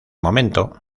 momento